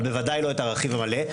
אבל בוודאי לא את הרכיב המלא,